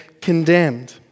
condemned